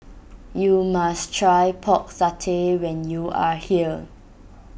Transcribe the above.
you must try Pork Satay when you are here